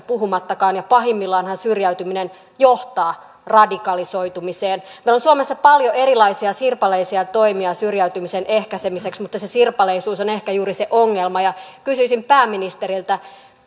puhumattakaan ja pahimmillaanhan syrjäytyminen johtaa radikalisoitumiseen meillä on suomessa paljon erilaisia sirpaleisia toimia syrjäytymisen ehkäisemiseksi mutta se sirpaleisuus on ehkä juuri se ongelma kysyisin pääministeriltä